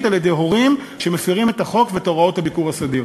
על-ידי הורים שמפִרים את החוק ואת הוראות הביקור הסדיר.